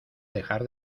dejar